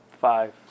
Five